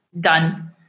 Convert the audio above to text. done